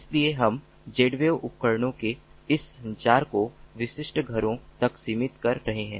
इसलिए हम Zwave उपकरणों के इस संचार को विशिष्ट घरों तक सीमित कर रहे हैं